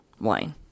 wine